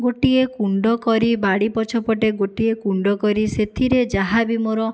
ଗୋଟିଏ କୁଣ୍ଡ କରି ବାଡ଼ି ପଛପଟେ ଗୋଟିଏ କୁଣ୍ଡ କରି ସେଥିରେ ଯାହା ବି ମୋର